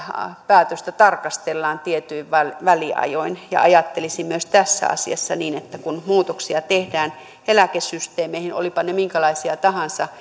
päätöstä tarkastellaan tietyin väliajoin ja ajattelisin myös tässä asiassa niin että kun muutoksia tehdään eläkesysteemeihin olivatpa ne minkälaisia tahansa